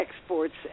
exports